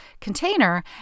container